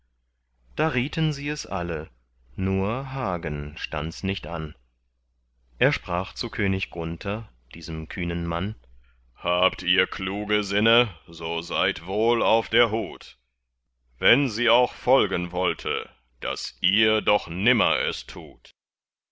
da rieten sie es alle nur hagen stands nicht an er sprach zu könig gunther diesem kühnen mann habt ihr kluge sinne so seid wohl auf der hut wenn sie auch folgen wollte daß ihr doch nimmer es tut